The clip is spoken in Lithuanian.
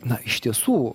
na iš tiesų